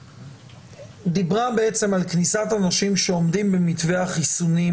דיברה על קבוצת אנשים שעומדים במתווה החיסונים,